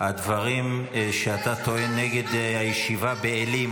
הדברים שאתה טוען נגד הישיבה בעלי,